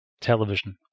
television